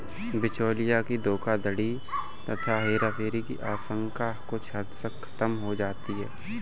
बिचौलियों की धोखाधड़ी तथा हेराफेरी की आशंका कुछ हद तक खत्म हो जाती है